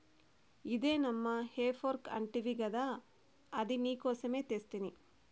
ఇదే నమ్మా హే ఫోర్క్ అంటివి గదా అది నీకోసమే తెస్తిని